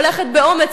הולכת באומץ,